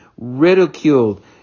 ridiculed